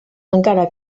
encara